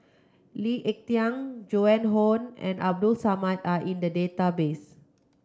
Lee Ek Tieng Joan Hon and Abdul Samad are in the database